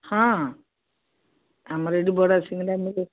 ହଁ ଆମର ଏଇଠି ବଡ଼ା ସିଙ୍ଗଡ଼ା ମିଳୁଛି